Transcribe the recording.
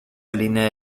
línea